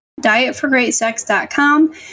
dietforgreatsex.com